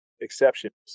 exceptions